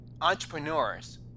entrepreneurs